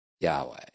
Yahweh